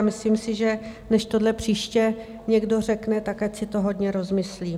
A myslím si, že než tohle příště někdo řekne, tak ať si to hodně rozmyslí.